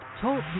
Talk